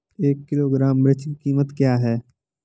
एक किलोग्राम मिर्च की कीमत क्या है?